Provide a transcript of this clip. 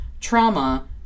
trauma